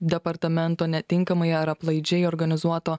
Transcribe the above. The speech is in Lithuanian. departamento netinkamai ar aplaidžiai organizuoto